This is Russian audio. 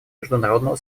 международного